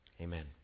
Amen